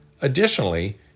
Additionally